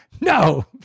no